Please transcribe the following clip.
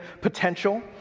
potential